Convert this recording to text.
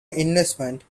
investment